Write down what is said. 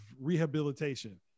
rehabilitation